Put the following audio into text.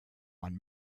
man